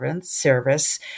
service